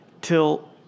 till